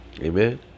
Amen